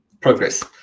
progress